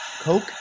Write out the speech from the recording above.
Coke